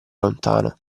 lontano